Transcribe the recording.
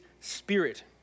spirit